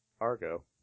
Argo